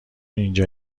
اینجا